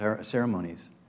ceremonies